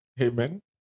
amen